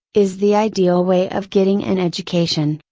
is the ideal way of getting an education,